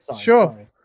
sure